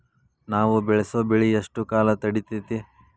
ನಾವು ಬೆಳಸೋ ಬೆಳಿ ಎಷ್ಟು ಕಾಲ ತಡೇತೇತಿ?